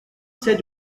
said